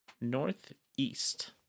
northeast